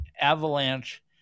avalanche